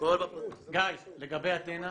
גיא, לגבי אתנה.